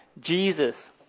Jesus